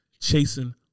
chasing